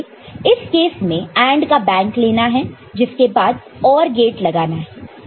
इस केस में AND का बैंक लेना है जिसके बाद OR गेट लगाना है